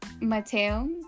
Mateo